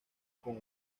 con